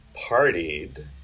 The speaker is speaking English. partied